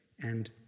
and